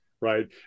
right